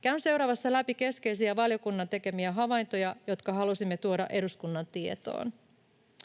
Käyn seuraavassa läpi keskeisiä valiokunnan tekemiä havaintoja, jotka halusimme tuoda eduskunnan tietoon.